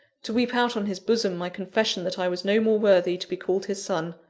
to weep out on his bosom my confession that i was no more worthy to be called his son.